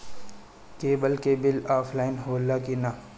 Cable के bill offline होला कि ना?